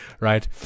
right